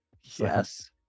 Yes